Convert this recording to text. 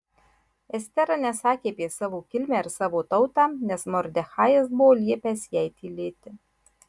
estera nesakė apie savo kilmę ir savo tautą nes mordechajas buvo liepęs jai tylėti